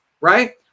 right